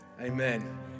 Amen